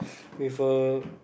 with a